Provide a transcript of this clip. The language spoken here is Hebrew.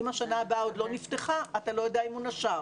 אם השנה הבאה עוד לא נפתחה אתה לא יודע אם הוא נשר.